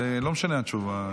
נראה לי שלא משנה התשובה.